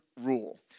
rule